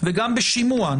וגם בשימוע,